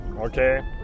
okay